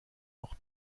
noch